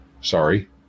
Sorry